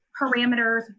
parameters